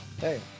Hey